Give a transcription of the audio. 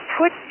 put